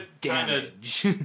damage